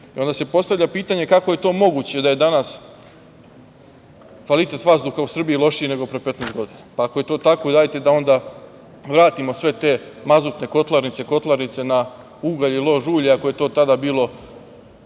i onda se postavlja pitanje kako je to moguće da je danas kvalitet vazduha u Srbiji lošiji, nego pre 15 godina? Ako je to tako, hajte da vratimo sve te mazutne kotlarnice, na ugalj i lož ulje, ako je to tada bilo